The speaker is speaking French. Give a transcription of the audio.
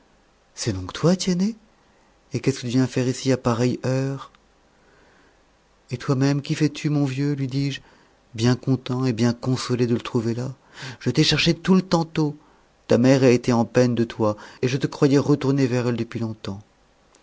c'est donc toi tiennet et qu'est-ce que tu viens faire ici à pareille heure et toi-même qu'y fais-tu mon vieux lui dis-je bien content et bien consolé de le trouver là je t'ai cherché tout le tantôt ta mère a été en peine de toi et je te croyais retourné vers elle depuis longtemps